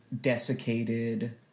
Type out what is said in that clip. desiccated